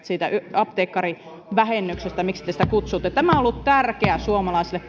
siitä apteekkarivähennyksestä miksi te sitä kutsuitte tämä vähennys on ollut tärkeä suomalaisille